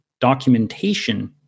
documentation